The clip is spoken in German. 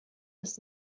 ist